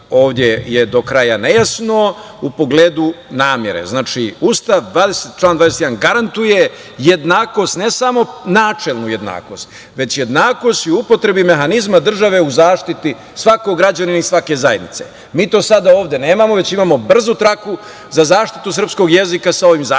ovde je do kraja nejasno, u pogledu namere. Znači, Ustav, član 21. garantuje jednakost, ne samo načelnu jednakost, već jednakost i u upotrebi mehanizma države u zaštiti svakog građanina i svake zajednice. Mi to sada ovde nemamo, već imamo brzu traku za zaštitu srpskog jezika sa ovim zakonom,